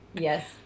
Yes